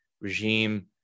regime